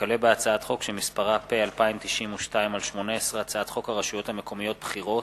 הצעת חוק הסדרת הלוואות חוץ-בנקאיות (תיקון,